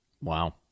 Wow